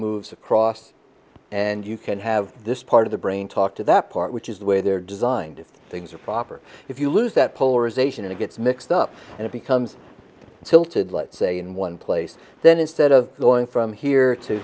moves across and you can have this part of the brain talk to that part which is the way they're designed if things are proper if you lose that polarization it gets mixed up and it becomes tilted let's say in one place then instead of going from here to